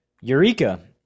Eureka